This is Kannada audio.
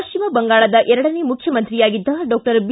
ಪಶ್ವಿಮ ಬಂಗಾಳದ ಎರಡನೇ ಮುಖ್ಯಮಂತ್ರಿಯಾಗಿದ್ದ ಡಾಕ್ಟರ್ ಬಿ